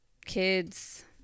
kids